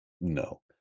no